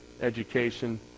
education